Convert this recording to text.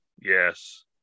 Yes